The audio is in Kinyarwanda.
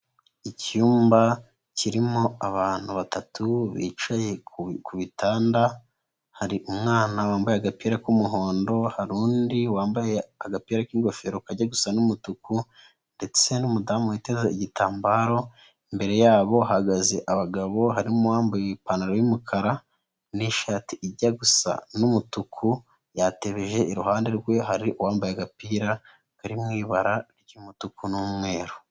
Icyumba kirimo abantu batatu bicaye ku bitanda, hari umwana wambaye agapira k'umuhondo, hari undi wambaye agapira k'ingofero kajya gusa n'umutuku ndetse n'umudamu witeze igitambaro, imbere yabo hagaze abagabo, harimo uwambaye ipantaro y'umukara n'ishati ijya gusa n'umutuku yatebeje, iruhande rwe hari uwambaye agapira kari mu ibara ry'umutuku n'umweru.